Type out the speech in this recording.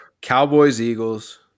Cowboys-Eagles